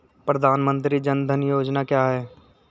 प्रधानमंत्री जन धन योजना क्या है?